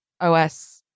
OS